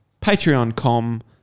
patreon.com